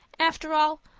after all,